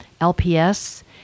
LPS